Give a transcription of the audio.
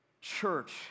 Church